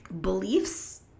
beliefs